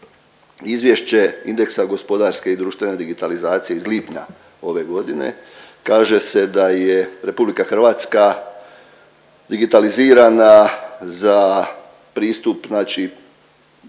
izvješće indeksa gospodarske i društvene digitalizacije iz lipnja ove godine, kaže se da je RH digitalizirana za pristup znači,